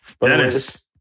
Dennis